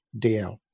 DL